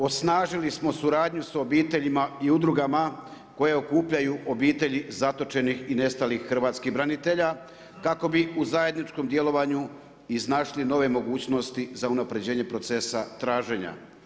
Osnažili smo suradnju sa obiteljima i udrugama koje okupljaju obitelji zatočenih i nestalih hrvatskih branitelja kako bi u zajedničkom djelovanju iznašni nove mogućnosti za unapređenje procesa traženja.